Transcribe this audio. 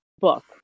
book